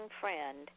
friend